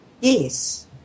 Yes